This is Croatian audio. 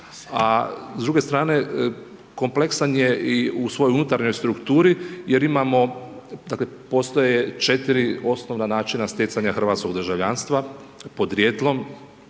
a s druge strane, kompleksan je i u svojoj unutarnjoj strukturi, jer imamo, dakle, postoje 4 osnovna načina stjecanja hrvatskog državljanstva, podrijetlom,